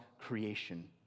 creation